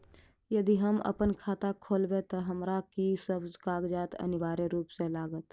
यदि हम अप्पन खाता खोलेबै तऽ हमरा की सब कागजात अनिवार्य रूप सँ लागत?